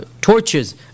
torches